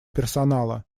персонала